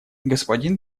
господин